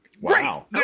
wow